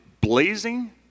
blazing